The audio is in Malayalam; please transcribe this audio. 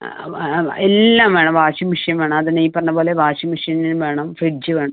എല്ലാം വേണം വാഷിംഗ് മെഷീൻ വേണം അതെന്നെ ഈ പറഞ്ഞ പോലെ വാഷിംഗ് മെഷീൻ വേണം ഫ്രിഡ്ജ് വേണം